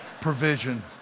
provision